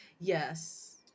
yes